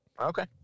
Okay